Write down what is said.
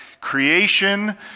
creation